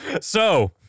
So-